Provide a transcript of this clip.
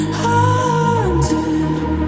haunted